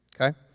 Okay